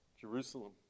Jerusalem